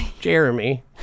Jeremy